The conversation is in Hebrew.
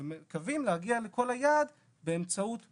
ומקווים להגיע לכל היעד באמצעות דו-שימוש,